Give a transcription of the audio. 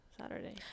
Saturday